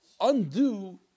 undo